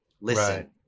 Listen